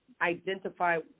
identify